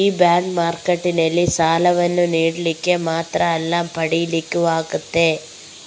ಈ ಬಾಂಡ್ ಮಾರ್ಕೆಟಿನಲ್ಲಿ ಸಾಲವನ್ನ ನೀಡ್ಲಿಕ್ಕೆ ಮಾತ್ರ ಅಲ್ಲ ಪಡೀಲಿಕ್ಕೂ ಆಗ್ತದೆ